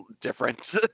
different